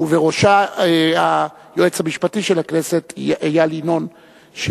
ובראשה היועץ המשפטי של הכנסת איל ינון.